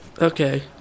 Okay